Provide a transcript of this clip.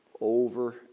Over